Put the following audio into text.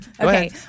okay